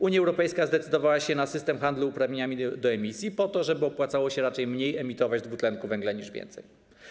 Unia Europejska zdecydowała się na system handlu uprawnieniami do emisji, po to żeby opłacało się raczej mniej emitować dwutlenku węgla niż więcej.